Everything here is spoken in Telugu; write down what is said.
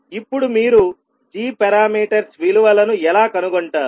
ఇప్పుడు మీరు g పారామీటర్స్ విలువలను ఎలా కనుగొంటారు